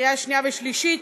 לקריאה שנייה ושלישית,